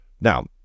now